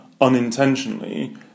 unintentionally